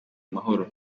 mahoro